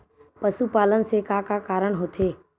पशुपालन से का का कारण होथे?